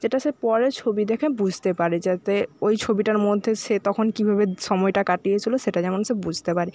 যেটা সে পরে ছবি দেখে বুঝতে পারে যাতে ওই ছবিটার মধ্যে সে তখন কীভাবে সময়টা কাটিয়েছিলো সেটা যেমন সে বুঝতে পারে